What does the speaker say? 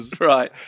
Right